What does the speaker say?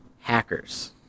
hackers